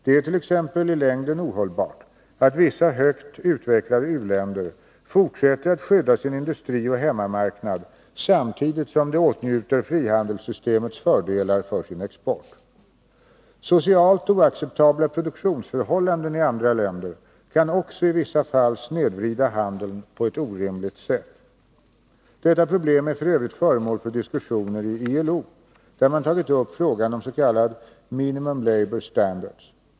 Det är t.ex. i längden ohållbart att vissa högt utvecklade u-länder fortsätter att skydda sin industri och hemmamarknad samtidigt som de åtnjuter frihandelssystemets fördelar för sin export. Socialt oacceptabla produktionsförhållanden i andra länder kan också i vissa fall snedvrida handeln på ett orimligt sätt. Detta problem är f. ö. föremål för diskussioner i ILO, där man tagit upp frågan om s.k. Minimum Labor Standards.